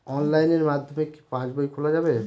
অনলাইনের মাধ্যমে কি পাসবই খোলা যাবে?